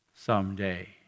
someday